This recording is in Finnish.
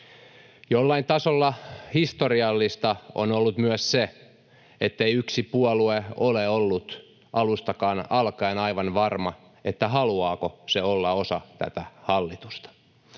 Jollain tasolla historiallista on ollut myös se, ettei yksi puolue ole ollut alusta alkaenkaan aivan varma, haluaako se olla osa tätä hallitusta.